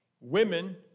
Women